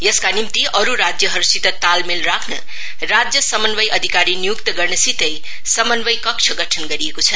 यसका निम्ति अरु राज्यहरुसित तालमेल राख्न राज्य समन्वय अधिकारी नियुक्त गर्नसितै समन्वय कक्ष गठन गरेको छ